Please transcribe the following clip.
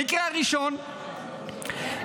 המקרה הראשון,